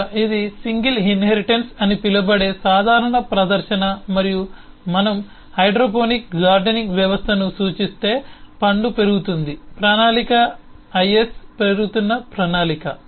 కనుక ఇది single inheritance అని పిలువబడే సాధారణ ప్రదర్శన మరియు మనము హైడ్రోపోనిక్ గార్డెనింగ్ వ్యవస్థను సూచిస్తే పండు పెరుగుతుంది ప్రణాళిక IS పెరుగుతున్న ప్రణాళిక